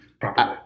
properly